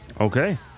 Okay